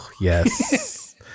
yes